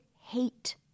hate